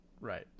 Right